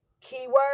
Keyword